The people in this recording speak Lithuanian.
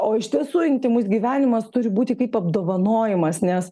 o iš tiesų intymus gyvenimas turi būti kaip apdovanojimas nes